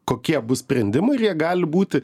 kokie bus sprendimai ir jie gali būti